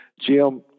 Jim